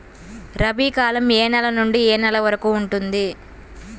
రబీ కాలం ఏ నెల నుండి ఏ నెల వరకు ఉంటుంది?